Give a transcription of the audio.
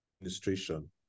administration